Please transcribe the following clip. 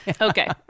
Okay